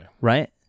Right